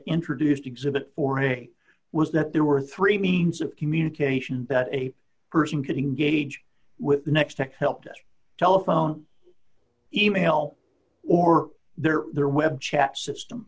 introduced exhibit for a was that there were three means of communication bet a person could engage with the next tech helped us telephone email or their their web chats system